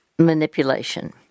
manipulation